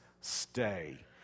stay